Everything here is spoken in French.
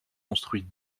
construits